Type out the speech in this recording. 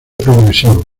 progresivo